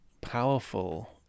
powerful